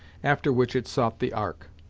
after which it sought the ark.